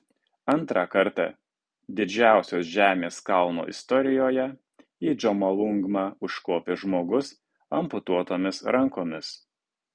antrą kartą didžiausios žemės kalno istorijoje į džomolungmą užkopė žmogus amputuotomis rankomis